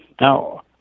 Now